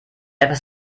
etwas